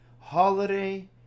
Holiday